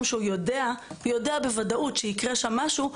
שהוא יודע בוודאות שאם יקרה שם משהו,